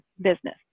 business